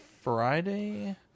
Friday